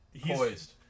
poised